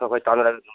ꯍꯣꯏ ꯍꯣꯏ ꯇꯥꯟꯅꯔꯒ ꯑꯗꯨꯝ